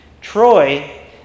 Troy